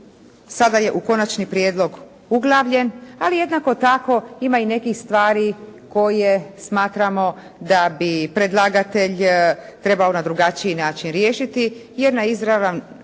sada je u konačni prijedlog uglavljen, ali jednako tako ima i nekih stvari koje smatramo da bi predlagatelj trebao na drugačiji način riješiti jer na izravan